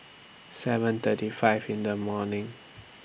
seven thirty five in The morning